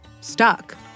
stuck